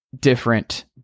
different –